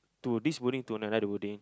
to this building to another building